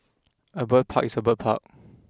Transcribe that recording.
a bird park is a bird park